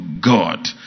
God